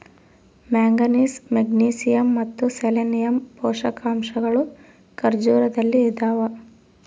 manganese magnesium ಮತ್ತು selenium ಪೋಷಕಾಂಶಗಳು ಖರ್ಜೂರದಲ್ಲಿ ಇದಾವ